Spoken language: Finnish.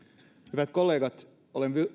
hyvät kollegat olen